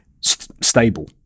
stable